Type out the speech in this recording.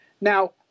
Now